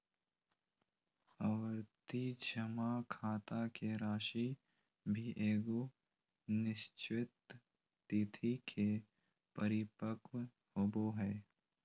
आवर्ती जमा खाता के राशि भी एगो निश्चित तिथि के परिपक्व होबो हइ